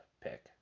pick